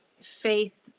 faith